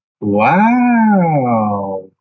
Wow